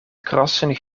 krassen